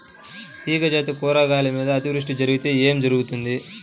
తీగజాతి కూరగాయల మీద అతివృష్టి జరిగితే ఏమి జరుగుతుంది?